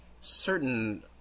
certain